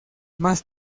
más